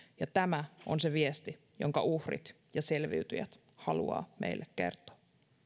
ja tämä on se viesti jonka uhrit ja selviytyjät haluavat meille kertoa